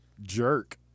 jerk